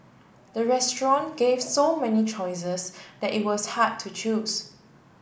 the restaurant gave so many choices that it was hard to choose